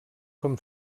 com